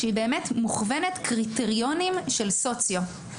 שבאמת מוכוונת קריטריונים של סוציו.